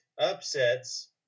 upsets